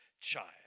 child